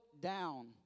down